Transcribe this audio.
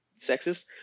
sexist